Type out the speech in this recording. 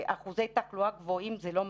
באחוזי תחלואה גבוהים זה לא מתאים.